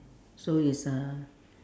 so it's uh